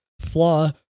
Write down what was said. flaw